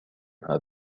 هذا